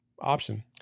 Option